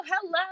hello